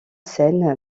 scène